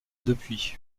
depuis